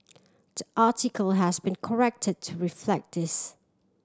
the article has been corrected to reflect this